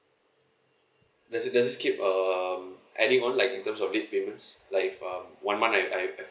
does this does this keep um adding on like in terms of late payments like if um one month I I I